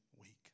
Week